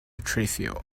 trivial